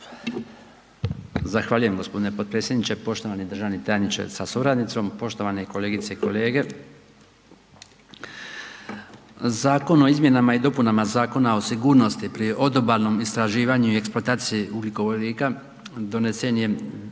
Zahvaljujem gospodine potpredsjedniče. Poštovani državni tajniče sa suradnicom, poštovane kolegice i kolege. Zakon o izmjenama i dopunama Zakona o sigurnosti pri odobalnom istraživanju i eksploataciji ugljikovodika donesen je